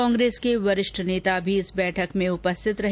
कांग्रेस के वरिष्ठ नेता भी इस बैठक में उपस्थित रहे